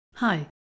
Hi